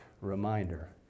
reminder